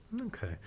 Okay